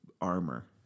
armor